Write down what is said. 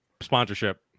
sponsorship